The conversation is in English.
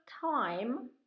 time